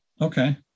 Okay